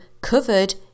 covered